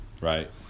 right